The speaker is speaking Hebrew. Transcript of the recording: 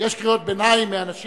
יש קריאות ביניים מאנשים